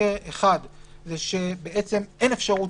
מקרה אחד שאין אפשרות